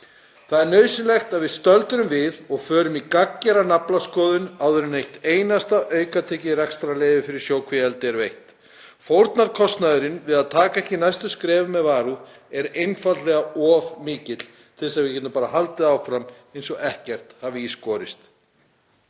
Það er nauðsynlegt að við stöldrum við og förum í gagngera naflaskoðun áður en eitt einasta aukatekið rekstrarleyfi fyrir sjókvíaeldi er veitt. Fórnarkostnaðurinn við að taka ekki næstu skref af varúð er einfaldlega of mikill til að við getum bara haldið áfram eins og ekkert hafi í skorist.